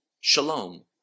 shalom